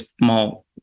small